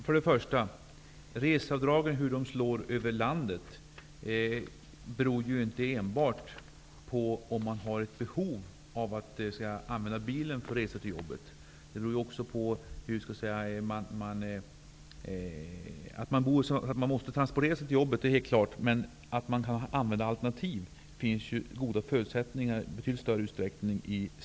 Herr talman! Hur reseavdragen slår över landet är först och främst inte enbart beroende av om man har ett behov av att använda bilen för resor till jobbet. Att man måste transportera sig till jobbet är klart, men det finns i större tätorter alternativ i betydligt större utsträckning.